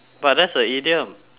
but that's a idiom